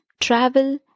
travel